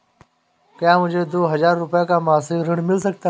क्या मुझे दो हजार रूपए का मासिक ऋण मिल सकता है?